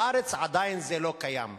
בארץ זה עדיין לא קיים.